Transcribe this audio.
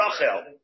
Rachel